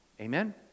Amen